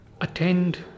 attend